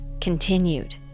continued